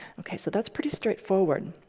ok, so that's pretty straightforward.